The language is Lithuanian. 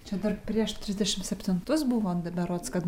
čia dar prieš trisdešimt septintus buvo berods kad